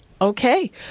Okay